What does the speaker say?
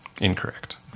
Incorrect